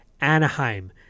Anaheim